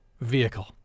vehicle